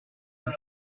sous